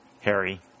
Harry